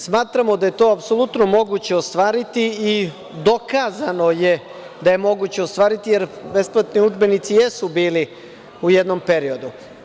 Smatramo da je to apsolutno moguće ostvariti i dokazano je da je moguće ostvariti, jer besplatni udžbenici jesu bili u jednom periodu.